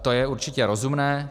To je určitě rozumné.